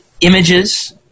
images